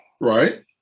right